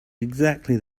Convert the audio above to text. exactly